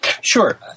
Sure